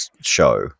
show